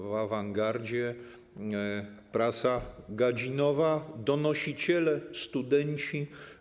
W awangardzie prasa gadzinowa, donosiciele studenci.